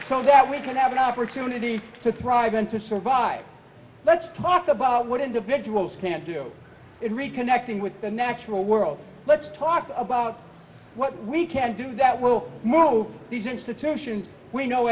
so that we can have an opportunity to thrive and to survive let's talk about what individuals can do it reconnecting with the natural world let's talk about what we can do that will move these institutions we know